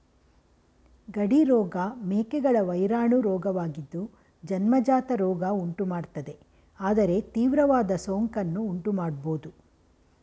ಗಡಿ ರೋಗ ಮೇಕೆಗಳ ವೈರಾಣು ರೋಗವಾಗಿದ್ದು ಜನ್ಮಜಾತ ರೋಗ ಉಂಟುಮಾಡ್ತದೆ ಆದರೆ ತೀವ್ರವಾದ ಸೋಂಕನ್ನು ಉಂಟುಮಾಡ್ಬೋದು